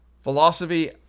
Philosophy